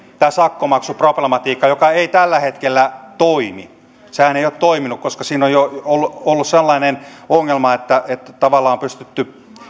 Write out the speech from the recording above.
tämä sakkomaksuproblematiikka ei tällä hetkellä toimi sehän ei ole toiminut koska siinä on ollut sellainen ongelma että että tavallaan on pystytty